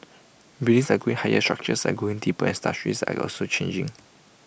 buildings are going higher structures are getting deeper and industries are also changing